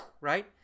right